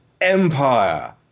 empire